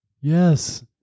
yes